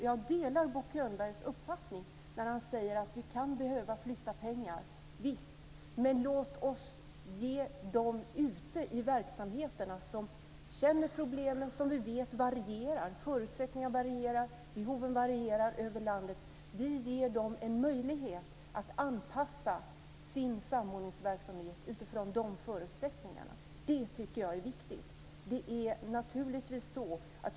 Jag delar Bo Könbergs uppfattning när han säger att vi kan behöva flytta pengar. Visst är det så. Men låt oss ge dem som befinner sig ute i verksamheterna som känner problemen en möjlighet att anpassa sin samordningsverksamhet utifrån förutsättningarna. Det tycker jag är viktigt. Vi vet att förutsättningarna och behoven varierar över landet.